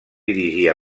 dirigir